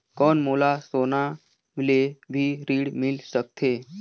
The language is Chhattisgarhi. कौन मोला सोना ले भी ऋण मिल सकथे?